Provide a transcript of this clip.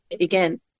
again